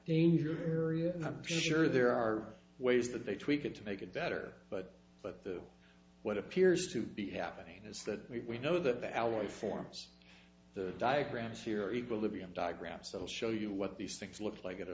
danger area and i'm sure there are ways that they tweak it to make it better but but the what appears to be happening is that we know that the alloy forms the diagrams here equilibrium diagrams so show you what these things look like at a